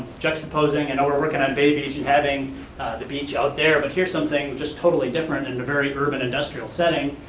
juxtaposing, and i know we're working on bay beach in having the beach out there, but here's some thing just totally different, in a very urban, industrial setting.